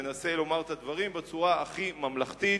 אני מנסה לומר את הדברים בצורה הכי ממלכתית,